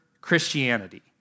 Christianity